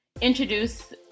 introduce